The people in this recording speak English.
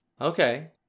Okay